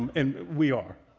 um and we are.